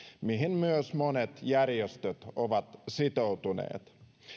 mihin myös monet järjestöt ovat sitoutuneet